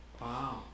Wow